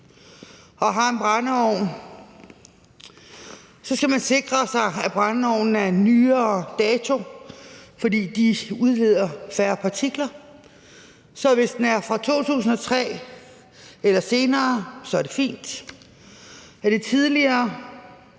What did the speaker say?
og har en brændeovn, så skal man sikre sig, at brændeovnen er af nyere dato, fordi de udleder færre partikler. Så hvis den er fra 2003 eller senere, er det fint. Er den fra tidligere,